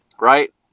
right